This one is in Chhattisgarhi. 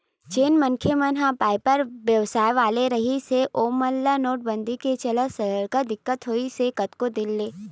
जेन मनखे मन ह बइपार बेवसाय वाले रिहिन हे ओमन ल नोटबंदी के चलत सरलग दिक्कत होइस हे कतको दिन ले